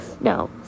no